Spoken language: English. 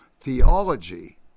theology